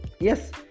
yes